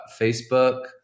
Facebook